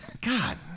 God